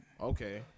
Okay